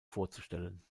vorzustellen